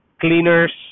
cleaners